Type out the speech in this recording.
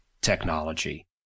technology